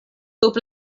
sub